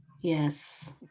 Yes